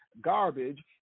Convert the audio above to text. garbage